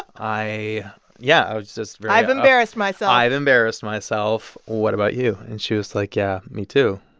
i yeah, i was just. i've embarrassed myself i've embarrassed myself. what about you? and she was like yeah. me, too.